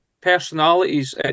personalities